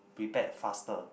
prepared faster